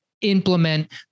implement